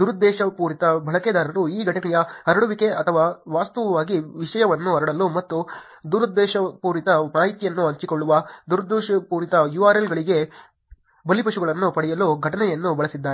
ದುರುದ್ದೇಶಪೂರಿತ ಬಳಕೆದಾರರು ಈ ಘಟನೆಯ ಹರಡುವಿಕೆ ಅಥವಾ ವಾಸ್ತವವಾಗಿ ವಿಷಯವನ್ನು ಹರಡಲು ಮತ್ತು ದುರುದ್ದೇಶಪೂರಿತ ಮಾಹಿತಿಯನ್ನು ಹಂಚಿಕೊಳ್ಳುವ ದುರುದ್ದೇಶಪೂರಿತ URL ಗಳಿಗೆ ಬಲಿಪಶುಗಳನ್ನು ಪಡೆಯಲು ಘಟನೆಯನ್ನು ಬಳಸಿದ್ದಾರೆ